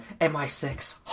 MI6